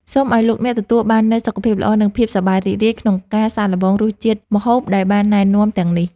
សូមឱ្យលោកអ្នកទទួលបាននូវសុខភាពល្អនិងភាពសប្បាយរីករាយក្នុងការសាកល្បងរសជាតិម្ហូបដែលបានណែនាំទាំងនេះ។